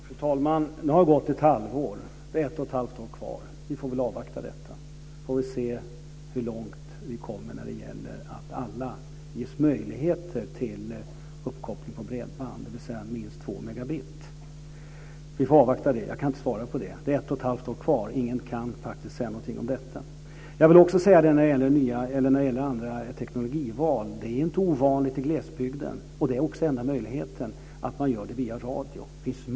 Fru talman! Nu har det gått ett halvår. Vi har ett och ett halvt år kvar. Vi får väl avvakta. Sedan får vi se hur långt vi kommer när det gäller att alla ges möjligheter till uppkoppling på bredband, dvs. minst två megabit. Vi får avvakta det, jag kan inte svara på det. Det är ett och ett halvt år kvar. Ingen kan säga någonting om detta. Jag vill också säga när det gäller val av teknik att det inte är helt ovanligt i glesbygden, och det kan vara enda möjligheten, att man gör det via radio.